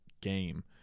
game